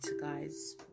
guys